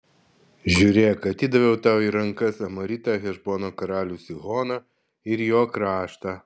žiūrėk atidaviau tau į rankas amoritą hešbono karalių sihoną ir jo kraštą